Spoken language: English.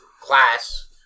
class